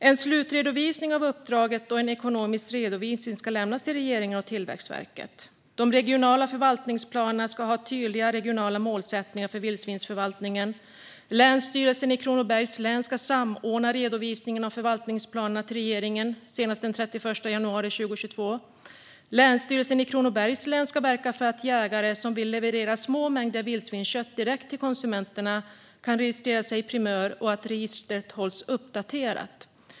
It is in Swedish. En slutredovisning av uppdraget och en ekonomisk redovisning ska lämnas till regeringen och Tillväxtverket. De regionala förvaltningsplanerna ska ha tydliga regionala målsättningar för vildsvinsförvaltningen. Länsstyrelsen i Kronobergs län ska samordna redovisningen av förvaltningsplanerna till regeringen senast den 31 januari 2022. Länsstyrelsen i Kronobergs län ska verka för att jägare som vill leverera små mängder vildsvinskött direkt till konsumenter registrerar sig i Primör och att registret hålls uppdaterat.